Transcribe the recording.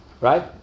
right